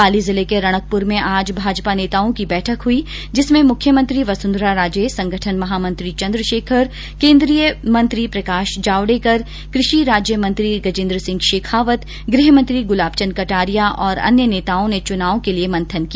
पाली जिले के रणकपुर में आज भाजपा नेताओं की र्बैठक हई जिसमें मुख्यमंत्री वसुंधरा राजे संगठन महामंत्री चन्द्रशेखर केन्द्रीय मंत्री प्रकाश जावडेकर कृषि राज्यमंत्री गजेन्द्र सिंह शेखावत गृहमंत्री गुलाबचंद कटारिया और अन्य नेताओं ने चुनाव के लिए मंथन किया